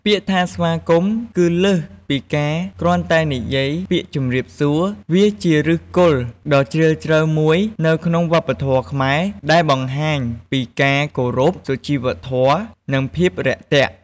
ពាក្យថាស្វាគមន៍ គឺលើសពីការគ្រាន់តែនិយាយពាក្យជំរាបសួរ វាជាឫសគល់ដ៏ជ្រៅជ្រះមួយនៅក្នុងវប្បធម៌ខ្មែរដែលបង្ហាញពី ការគោរព សុជីវធម៌ និងភាពរាក់ទាក់។